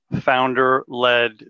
founder-led